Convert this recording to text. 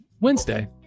wednesday